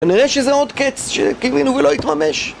כנראה שזה עוד קץ שקיווינו ולא התממש